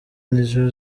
nizo